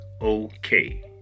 okay